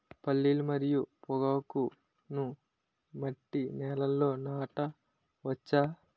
పల్లీలు మరియు పొగాకును మట్టి నేలల్లో నాట వచ్చా?